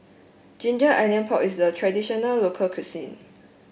Ginger Onions Pork is a traditional local cuisine